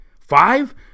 Five